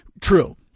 True